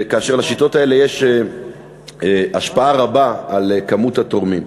ולשיטות האלה יש השפעה רבה על מספר התורמים.